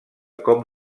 com